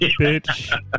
Bitch